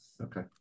Okay